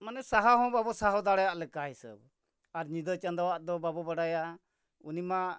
ᱢᱟᱱᱮ ᱥᱟᱦᱟᱣ ᱦᱚᱸ ᱵᱟᱵᱚ ᱥᱟᱦᱟᱣ ᱫᱟᱲᱮᱭᱟᱜ ᱞᱮᱠᱟ ᱦᱤᱥᱟᱹᱵ ᱟᱨ ᱧᱤᱫᱟᱹ ᱪᱟᱸᱫᱚᱣᱟᱜ ᱫᱚ ᱵᱟᱵᱚ ᱵᱟᱰᱟᱭᱟ ᱩᱱᱤ ᱢᱟ